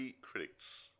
critics